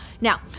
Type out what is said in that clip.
Now